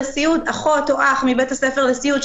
אחות או אח מבית הספר לסיעוד,